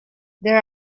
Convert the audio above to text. there